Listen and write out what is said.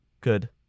Good